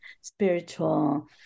spiritual